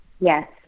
yes